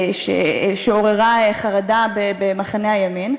שעוררה חרדה במחנה הימין,